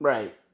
Right